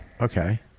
Okay